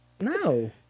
No